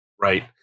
right